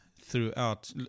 throughout